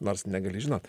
nors negali žinot